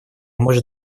может